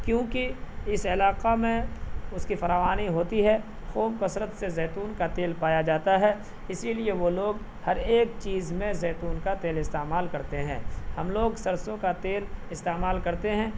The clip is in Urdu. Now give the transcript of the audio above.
کیونکہ اس علاقہ میں اس کی فراوانی ہوتی ہے خوب کثرت سے زیتون کا تیل پایا جاتا ہے اسی لیے وہ لوگ ہر ایک چیز میں زیتون کا تیل استعمال کرتے ہیں ہم لوگ سرسوں کا تیل استعمال کرتے ہیں